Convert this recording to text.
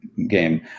game